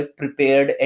prepared